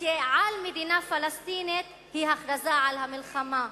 כעל מדינה פלסטינית היא הכרזה על המלחמה,